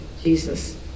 Jesus